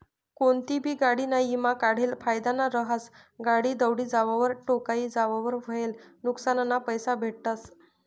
कोनतीबी गाडीना ईमा काढेल फायदाना रहास, गाडी दवडी जावावर, ठोकाई जावावर व्हयेल नुक्सानना पैसा भेटतस